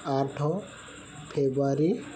ଆଠ ଫେବୃଆରୀ